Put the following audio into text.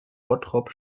bottrop